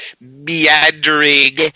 meandering